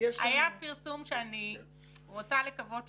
העבודה ההדדית ביננו לבין משרד מבקר המדינה היא הבסיס לעבודת